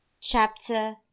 Chapter